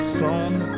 song